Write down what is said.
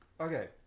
Okay